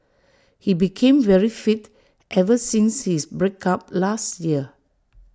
he became very fit ever since his break up last year